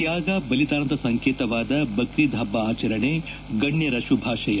ತ್ಯಾಗ ಬಲಿದಾನದ ಸಂಕೇತವಾದ ಬಕ್ರೀದ್ ಹಬ್ಬ ಆಚರಣೆ ಗಣ್ಯರ ಶುಭಾಶಯ